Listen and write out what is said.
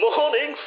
Morning